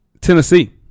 Tennessee